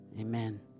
Amen